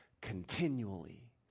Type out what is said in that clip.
continually